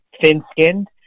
thin-skinned